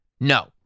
No